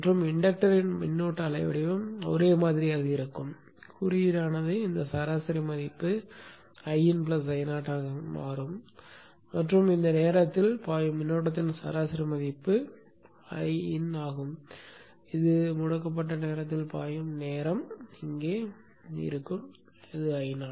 மற்றும் இண்டக்டரின் மின்னோட்ட அலை வடிவம் ஒரே மாதிரியாக இருக்கும் குறியீடானது இந்த சராசரி மதிப்பை Iin Io ஆக மாற்றும் இந்த நேரத்தில் பாயும் மின்னோட்டத்தின் சராசரி மதிப்பு Iin ஆகும் இது முடக்கப்பட்ட நேரத்தில் பாயும் நேரம் இங்கே ஓடிக்கொண்டிருக்கும் Io